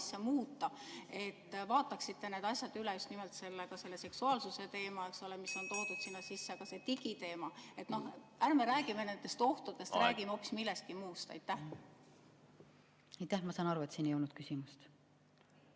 muuta, vaataksite need asja üle, ka selle seksuaalsuse teema, eks ole, mis on toodud sinna sisse, ja selle digiteema. Ärme räägime nendest ohtudest, räägime hoopis millestki muust. Aitäh! Ma saan aru, et siin ei olnud küsimust.